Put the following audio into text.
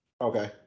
Okay